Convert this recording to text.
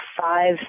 five